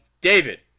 David